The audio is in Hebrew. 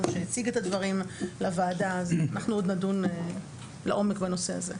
שיציג את הדברים לוועדה עוד נדון לעומק בנושא הזה.